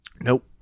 Nope